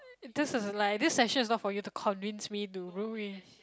this is like this session is not for you to convince me to room with